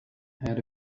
had